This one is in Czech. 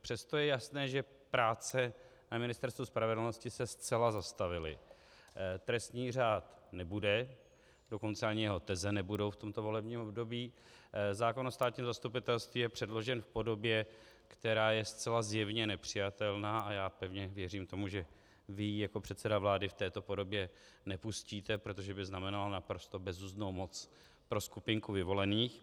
Přesto je jasné, že práce na Ministerstvu spravedlnosti se zcela zastavily, trestní řád nebude, dokonce ani jeho teze nebudou v tomto volebním období, zákon o státním zastupitelství je předložen v podobě, která je zcela zjevně nepřijatelná, a já pevně věřím tomu, že vy ji jako předseda vlády v této podobě nepustíte, protože by to znamenalo naprosto bezuzdnou moc pro skupinku vyvolených, atd. atd.